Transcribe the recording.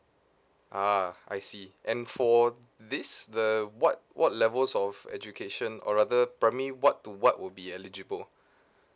ah I see and for this the what what levels of education or rather primary what to what would be eligible